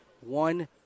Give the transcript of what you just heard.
one